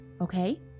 okay